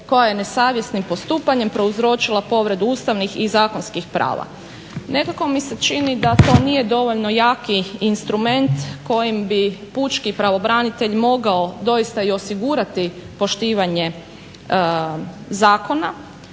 koja je nesavjesnim postupanjem prouzročila povredu ustavnih i zakonskih prava. Nekako mi se čini da to nije dovoljno jaki instrument kojim bi pučki pravobranitelj mogao doista i osigurati poštivanje zakona,